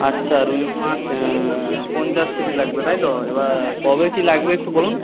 আচ্ছা রুই মাছ পঞ্চাশ কেজি লাগবে তাই তো এবার কবে কী লাগবে একটু বলুন